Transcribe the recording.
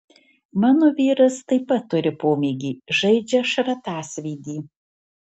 mano vyras taip pat turi pomėgį žaidžia šratasvydį